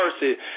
mercy